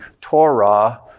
Torah